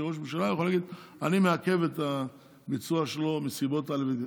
כראש ממשלה הוא יכול להגיד: אני מעכב את הביצוע שלו מסיבות כאלה וכאלה.